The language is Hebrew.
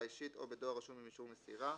אישית או בדואר רשום עם אישור מסירה,